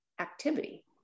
activity